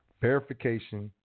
verification